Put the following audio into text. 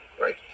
right